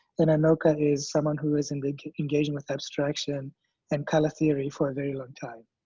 and anoka is someone who is in engaging with abstraction and color theory for a very long time.